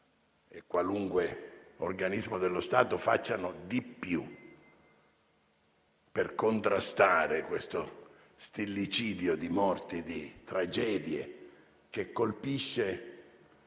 e qualunque organismo dello Stato, facciano di più per contrastare questo stillicidio di morti, di tragedie, che colpisce